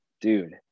dude